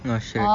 ah shrek